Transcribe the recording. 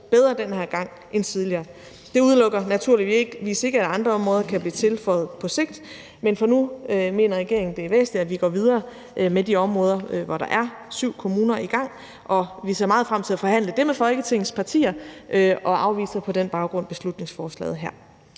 bedre den her gang end tidligere. Det udelukker naturligvis ikke, at andre områder kan blive tilføjet på sigt, men for nu mener regeringen, det er væsentligt, at vi går videre med de områder, hvor der ersyv kommuner i gang, og vi ser meget frem til at forhandle det med Folketingets partier og afviser på den baggrund beslutningsforslaget her.